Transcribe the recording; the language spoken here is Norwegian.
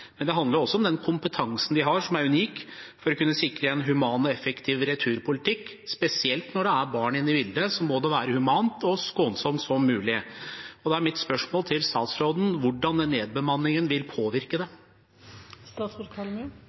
kunne sikre en human og effektiv returpolitikk. Spesielt når det er barn inne i bildet, må det være så humant og skånsomt som mulig. Da er mitt spørsmål til statsråden: Hvordan vil nedbemanningen påvirke